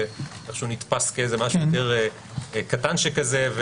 זה איכשהו נתפס כאיזה משהו יותר קטן שכזה,